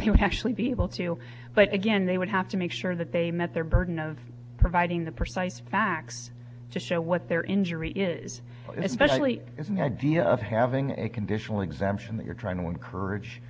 people actually be able to but again they would have to make sure that they met their burden of providing the precise facts to show what their injury is it's but oddly isn't the idea of having a conditional exemption that you're trying to encourage